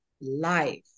life